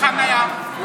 לחניה,